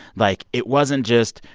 like, it wasn't just,